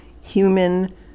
human